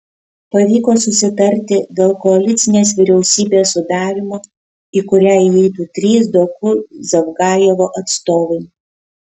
pavyko susitarti dėl koalicinės vyriausybės sudarymo į kurią įeitų trys doku zavgajevo atstovai